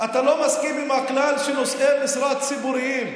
אתה לא מסכים לכלל שנושאי משרה ציבוריים,